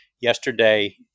Yesterday